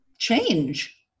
Change